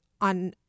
on